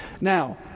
Now